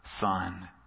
son